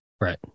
right